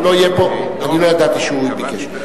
אני לא ידעתי שהוא ביקש.